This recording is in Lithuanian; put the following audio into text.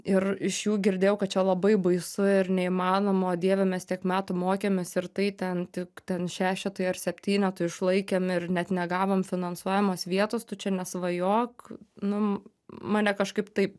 ir iš jų girdėjau kad čia labai baisu ir neįmanoma o dieve mes tiek metų mokėmės ir tai ten tik ten šešetui ar septynetui išlaikėm ir net negavom finansuojamos vietos tu čia nesvajok nu mane kažkaip taip